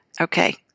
okay